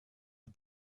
the